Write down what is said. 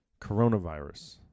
Coronavirus